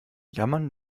jammern